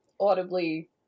audibly